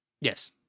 yes